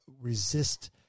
resist